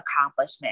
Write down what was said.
accomplishment